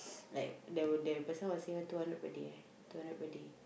like the that person was saying two hundred per day eh two hundred per day